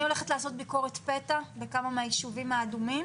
בשבוע הבא אני הולכת לעשות ביקורת פתע בכמה מהיישובים האדומים